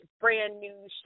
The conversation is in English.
brand-new